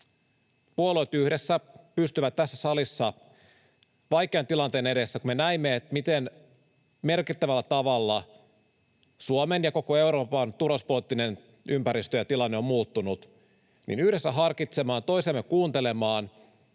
puolueet yhdessä pystyvät tässä salissa vaikean tilanteen edessä — kun me näimme, miten merkittävällä tavalla Suomen ja koko Euroopan turvallisuuspoliittinen ympäristö ja tilanne on muuttunut — yhdessä harkitsemaan, toisiamme kuuntelemaan